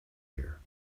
year